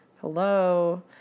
Hello